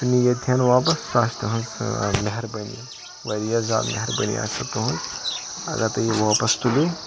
نی ییٚتتھَن واپَس سۄ آسہِ تُہٕنٛز مہربٲنی واریاہ زیادٕ مہربٲنی آسہِ سۄ تُہٕنٛز اگر تُہۍ یہِ واپَس تُلِو